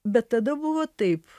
bet tada buvo taip